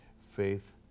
Faith